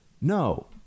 No